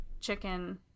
chicken